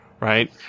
right